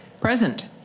Present